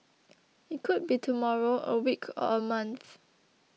it could be tomorrow a week or a month